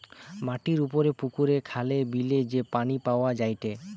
মাটির উপরে পুকুরে, খালে, বিলে যে পানি পাওয়া যায়টে